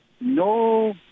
no